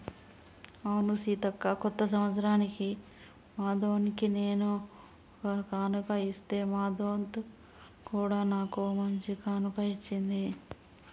అవును సీతక్క కొత్త సంవత్సరానికి మా దొన్కి నేను ఒక కానుక ఇస్తే మా దొంత్ కూడా నాకు ఓ మంచి కానుక ఇచ్చింది